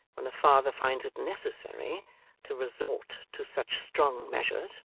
when a father finds it necessary to resort to such strong measures.